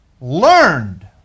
learned